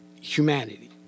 humanity